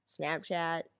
Snapchat